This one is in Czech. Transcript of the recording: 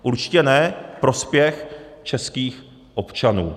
Určitě ne prospěch českých občanů.